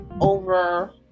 over